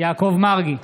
יעקב מרגי,